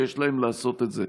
שיש להם לעשות את זה,